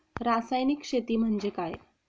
रासायनिक शेती म्हणजे काय?